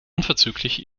unverzüglich